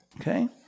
Okay